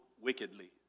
wickedly